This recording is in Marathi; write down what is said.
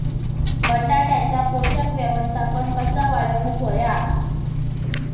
बटाट्याचा पोषक व्यवस्थापन कसा वाढवुक होया?